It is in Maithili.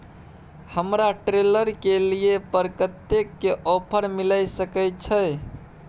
हमरा ट्रेलर के लिए पर कतेक के ऑफर मिलय सके छै?